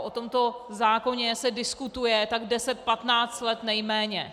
O tomto zákoně se diskutuje tak deset patnáct let nejméně.